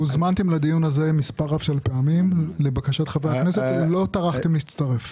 הוזמנתם לדיון הזה מספר רב של פעמים לבקשת חבר הכנסת ולא טרחתם להצטרף.